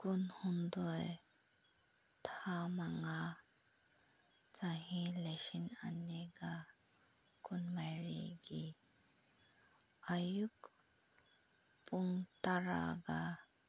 ꯀꯨꯟꯍꯨꯝꯗꯣꯏ ꯊꯥ ꯃꯉꯥ ꯆꯍꯤ ꯂꯤꯁꯤꯡ ꯑꯅꯤꯒ ꯀꯨꯟꯃꯔꯤꯒꯤ ꯑꯌꯨꯛ ꯄꯨꯡ ꯇꯔꯥꯒ